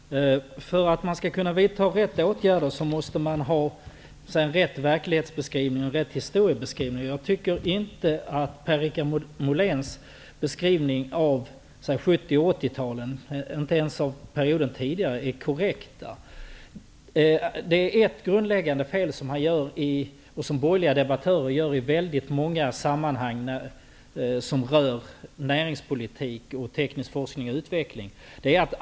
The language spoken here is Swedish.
Herr talman! För att man skall kunna vidta rätt åtgärder måste man ha en riktig verklighetsbeskrivning och historiebeskrivning. Jag tycker inte att Per-Richard Moléns beskrivning av 1970 och 1980-talen, eller ens av perioden tidigare, är korrekt. Han gör ett grundläggande fel, som borgerliga debattörer gör i många sammanhang som rör näringspolitik och teknisk forskning och utveckling.